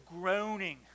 groaning